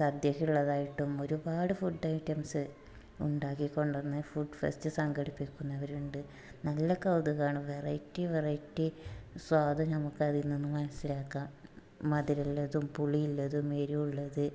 സദ്യക്കുള്ളതായിട്ടും ഒരുപാട് food items ഉണ്ടാക്കി കൊണ്ട് വന്ന് ഫുഡ് ഫെസ്റ്റ് സംഘടിപ്പിക്കുന്നവരുണ്ട് നല്ല കൗതുകമാണ് വെറൈറ്റി വെറൈറ്റി സ്വാദ് നമുക്ക് അതിൽ നിന്ന് മനസ്സിലാക്കാം മധുരമുള്ളതും പുളിയിള്ളതും എരിവുള്ളത്